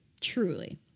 truly